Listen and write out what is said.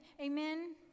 Amen